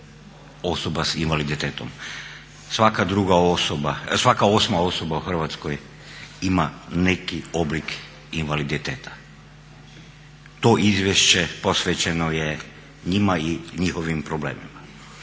osoba s invaliditetom. Svaka osma osoba u Hrvatskoj ima neki oblik invaliditeta. To izvješće posvećeno je njima i njihovim problemima.